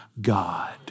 God